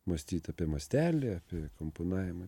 mąstyt apie mastelį apie komponavimą